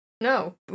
No